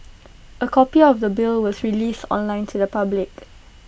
A copy of the bill was released online to the public